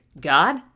God